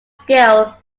skill